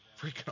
freaking